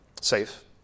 safe